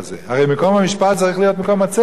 הרי מקום המשפט צריך להיות מקום הצדק.